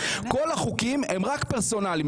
וכל החוקים הם רק פרסונליים,